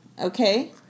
Okay